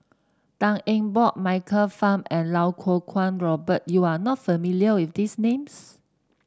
Tan Eng Bock Michael Fam and Iau Kuo Kwong Robert you are not familiar with these names